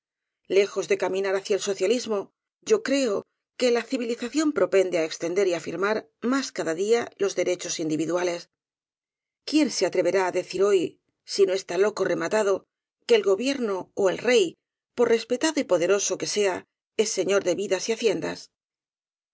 lejos de caminar hacia el socialismo yo creo que la civilización propende á extender y afirmar más cada día los derechos individuales quién se atre verá á decir hoy si no está loco rematado que el gobierno ó el rey por respetado y poderoso que sea es señor de vidas y haciendas